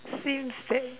seems that